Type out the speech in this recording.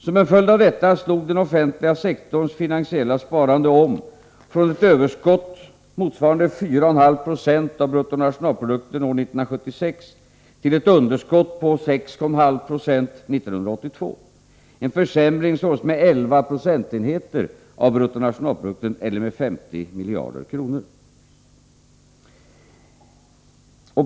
Som en följd därav slog den offentliga sektorns finansiella sparande om från ett överskott motsvarande 4,5 90 av bruttonationalprodukten 1976 till ett underskott på 6,5 20 1982, således en försämring med 11 procentenheter av bruttonationalprodukten eller med 50 miljarder kronor.